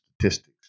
statistics